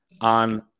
on